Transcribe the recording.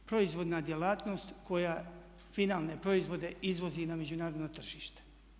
Proizvodna djelatnost koja finalne proizvode izvozi na međunarodno tržište.